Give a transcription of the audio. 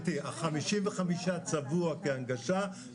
לגבי תקצוב, אני רוצה רגע להתחיל בשקף הזה.